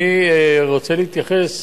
אני רוצה להתייחס